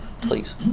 Please